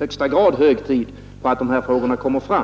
också hög tid att dessa frågor kommer fram.